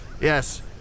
yes